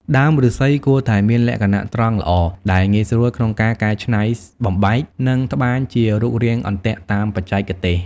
ដើមឫស្សីគួរតែមានលក្ខណៈត្រង់ល្អ ដែលងាយស្រួលក្នុងការកែច្នៃបំបែក និងត្បាញជារូបរាងអន្ទាក់តាមបច្ចេកទេស។